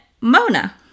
Mona